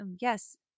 yes